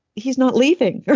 he's not leaving.